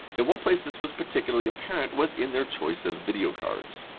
and one place this was particularly apparent was in their choice of video cards.